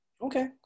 Okay